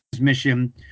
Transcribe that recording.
mission